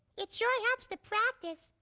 it sure helps to practice,